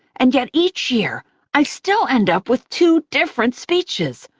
and yet each year i still end up with two different speeches,